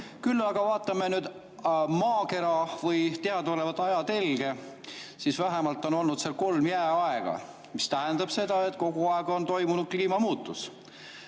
Küll aga vaatame nüüd maakera või teadaolevat ajatelge, seal on olnud vähemalt kolm jääaega. See tähendab seda, et kogu aeg on toimunud kliimamuutus.